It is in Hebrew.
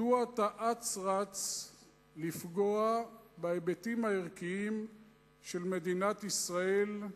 מדוע אתה אץ רץ לפגוע בהיבטים הערכיים של מדינת ישראל,